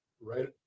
Right